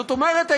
זאת אומרת,